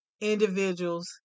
individuals